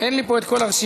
אין לי פה את כל הרשימה.